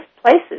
places